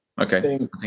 Okay